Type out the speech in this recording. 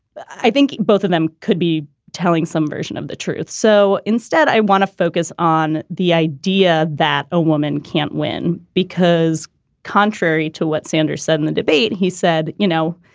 i think both of them could be telling some version of the truth. so instead, i want to focus on the idea that a woman can't win, because contrary to what sanders said in the debate, he said, you know,